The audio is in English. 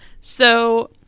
So-